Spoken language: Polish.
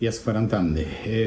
Ja z kwarantanny.